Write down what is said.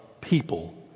people